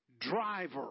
driver